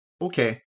okay